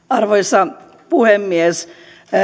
arvoisa puhemies